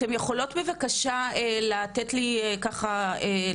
אתן יכולות בבקשה לתת לי ככה,